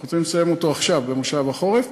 אנחנו רוצים לסיים אותו עכשיו, במושב החורף.